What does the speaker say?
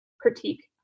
critique